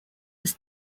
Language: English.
was